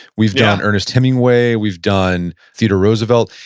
we've done ernest hemingway. we've done theodore roosevelt.